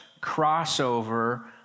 crossover